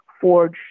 forge